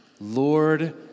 Lord